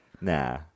Nah